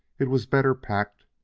it was better packed,